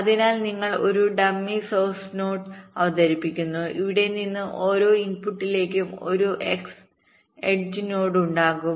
അതിനാൽ നിങ്ങൾ ഒരു ഡമ്മി സോഴ്സ് നോഡ്അവതരിപ്പിക്കുന്നു അവിടെ നിന്ന് ഓരോ ഇൻപുട്ടുകളിലേക്കും ഒരു എഡ്ജ് ഉണ്ടാകും